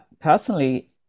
personally